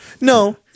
no